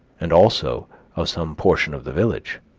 and also of some portion of the village.